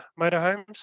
motorhomes